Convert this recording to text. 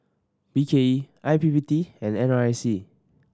B K E I P P T and N R I C